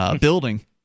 building